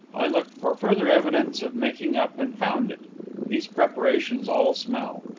i looked for further evidence of making-up and found it these preparations all smell.